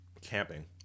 camping